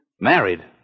Married